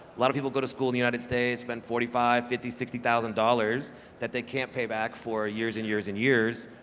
a lot of people go to school the united states, spend forty five, fifty, sixty thousand dollars that they can't pay back for years and years and years.